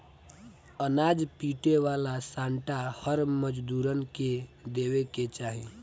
अनाज पीटे वाला सांटा हर मजूरन के देवे के चाही